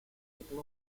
papal